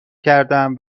کردم